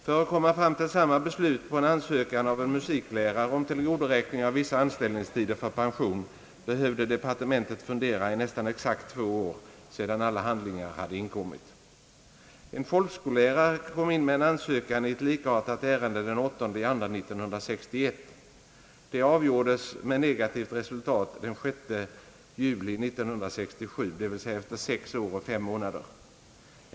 För att komma fram till samma beslut på en ansökan av en musiklärare om tillgodoräkning av vissa anställningstider för pension behövde departementet fundera i nästan exakt två år, sedan alla handlingar hade inkommit. En folkskollärare kom in med en ansökan i ett likartat ärende den 8 februari 1961. Det avgjordes — med negativt resultat — den 6 juli 1967, dvs. efter sex år och fem månader.